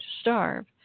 starve